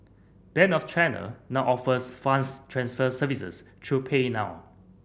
Bank of China now offers funds transfer services through Pay Now